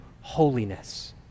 holiness